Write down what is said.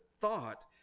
thought